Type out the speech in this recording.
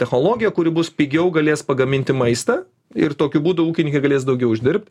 technologiją kuri bus pigiau galės pagaminti maistą ir tokiu būdu ūkininkai galės daugiau uždirbt